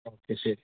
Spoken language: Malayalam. ഓക്കെ ശരി